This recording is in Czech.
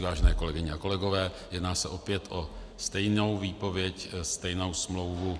Vážené kolegyně a kolegové, jedná se opět o stejnou výpověď, stejnou smlouvu.